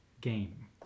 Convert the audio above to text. game